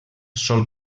sol